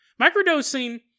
Microdosing